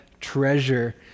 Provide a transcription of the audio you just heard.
treasure